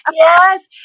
yes